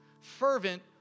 fervent